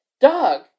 dog